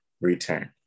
return